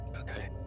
Okay